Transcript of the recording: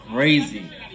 Crazy